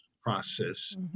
process